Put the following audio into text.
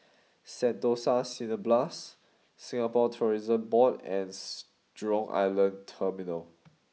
Sentosa Cineblast Singapore Tourism Board and Jurong Island Terminal